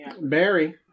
Barry